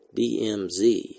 DMZ